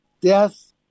death